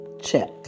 check